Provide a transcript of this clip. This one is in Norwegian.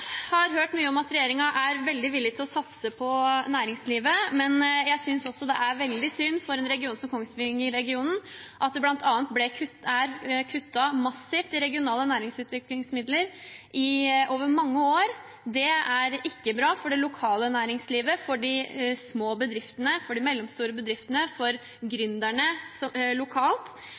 har hørt mye om at regjeringen er veldig villig til å satse på næringslivet, men jeg synes det er synd for Kongsvinger-regionen at det bl.a. er kuttet massivt i regionale næringsutviklingsmidler over mange år. Det er ikke bra for det lokale næringslivet, for de små bedriftene, for de mellomstore bedriftene, for gründerne lokalt.